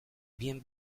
bien